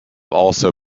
also